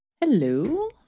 Hello